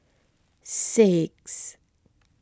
six